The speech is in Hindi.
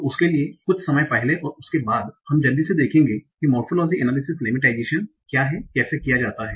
तो उसके लिए कुछ समय पहले और उसके बाद हम जल्दी से देखेंगे कि मोरफोलोजी एनालिसिस लेमेटाइजेशन क्या है कैसे किया जाता है